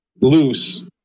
loose